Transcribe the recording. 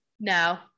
No